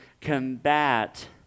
combat